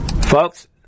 folks